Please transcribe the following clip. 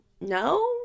No